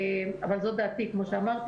זאת דעתי, כמו שאמרתי.